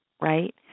right